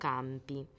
Campi